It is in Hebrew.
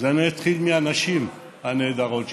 אז אני אתחיל מהנשים הנהדרות שלנו: